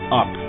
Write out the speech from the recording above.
up